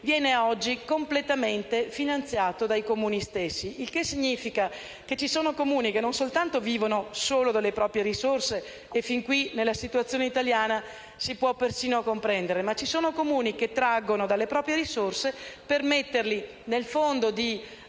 viene oggi completamente finanziato dai Comuni stessi; il che significa che ci sono Comuni che non soltanto vivono solo delle proprie risorse - e fin qui, nella situazione italiana, si può persino comprendere - ma ci sono Comuni che traggono risorse dai propri bilanci per metterle nel Fondo di